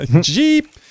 Jeep